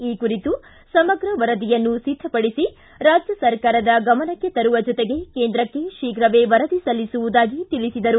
ಈ ಕುರಿತು ಸಮಗ್ರ ವರದಿಯನ್ನು ಸಿದ್ಧಪಡಿಸಿ ರಾಜ್ಯ ಸರ್ಕಾರದ ಗಮನಕ್ಕೆ ತರುವ ಜೊತೆಗೆ ಕೇಂದ್ರಕ್ಕೆ ಶೀಘ್ರವೇ ವರದಿ ಸಲ್ಲಿಸುವುದಾಗಿ ತಿಳಿಸಿದರು